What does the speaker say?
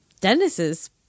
Dennis's